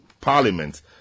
Parliament